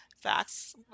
facts